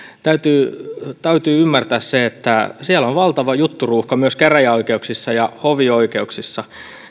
täytyy täytyy ymmärtää se että siellä on valtava jutturuuhka myös käräjäoikeuksissa ja hovioikeuksissa